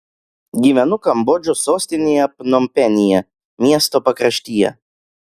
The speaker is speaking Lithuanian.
gyvenu kambodžos sostinėje pnompenyje miesto pakraštyje